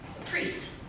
priest